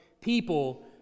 people